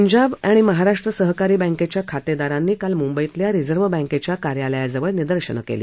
पंजाब आणि महाराष्ट्र सहकारी बँकेच्या खातेदारांनी काल मुंबईतल्या रिझर्व्ह बँकेच्या कार्यालयाजवळ निदर्शनं केली